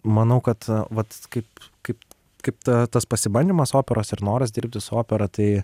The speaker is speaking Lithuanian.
manau kad vat kaip kaip kaip ta tas pasibandymas operos ir noras dirbti su opera tai